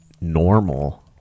normal